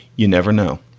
you never know.